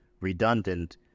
redundant